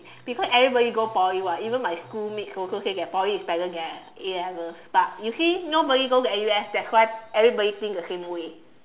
because everybody go Poly [what] even my schoolmates also say that Poly is better than A-levels but you see nobody go to N_U_S that's why everybody think the same way